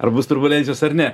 ar bus turbulencijos ar ne